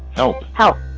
no. how?